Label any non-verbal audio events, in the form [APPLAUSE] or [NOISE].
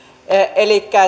elikkä [UNINTELLIGIBLE]